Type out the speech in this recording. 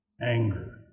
anger